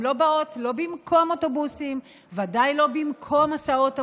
הן לא באות לא במקום אוטובוסים וודאי לא במקום הסעות המונים,